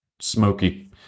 smoky